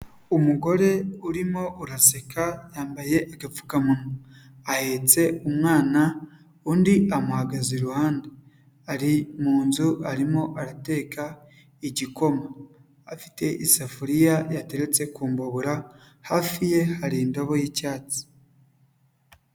Umugore urimo araseka, yambaye agapfukamunwa, ahetse umwana, undi amuhagaze iruhande, ari mu nzu arimo ateka igikoma, afite isafuriya yateretse ku mbabura, hafi ye hari indabo y'icyatsi.